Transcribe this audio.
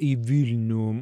į vilnių